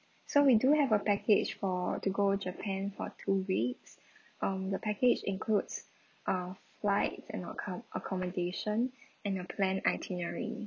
so we do have a package for to go japan for two weeks um the package includes uh flights and accom~ accommodation and your plan itinerary